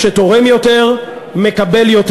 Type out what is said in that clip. ועדיפות מסוימת במכרזי מקרקעין למטרת